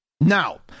Now